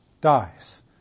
dies